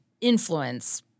influence